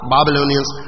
Babylonians